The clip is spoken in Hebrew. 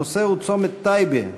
הנושא הוא: צומת טייבה,